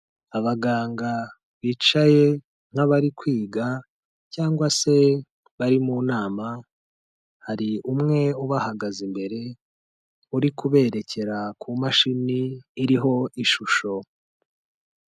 Abaganga bicaye nk'abari kwiga cyangwa se bari mu nama, hari umwe ubahagaze imbere, uri kuberekera ku mashini iriho ishusho.